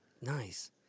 Nice